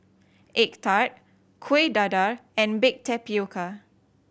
egg tart Kuih Dadar and baked tapioca